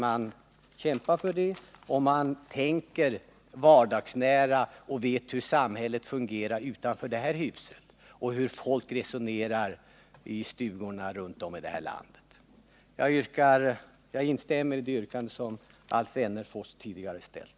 Jag tror dock att man med den här ändringen kan kämpa för lagen. Jag instämmer i det yrkande som Alf Wennerfors tidigare har ställt.